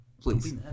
Please